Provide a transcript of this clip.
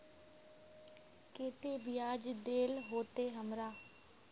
केते बियाज देल होते हमरा?